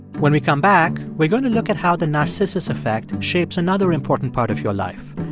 when we come back, we're going to look at how the narcissus effect shapes another important part of your life.